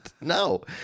No